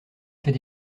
fait